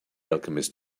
alchemist